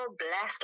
blessed